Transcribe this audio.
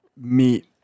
meet